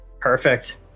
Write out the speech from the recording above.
Perfect